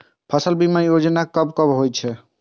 फसल बीमा योजना कब कब होय छै?